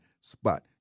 spot